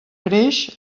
creix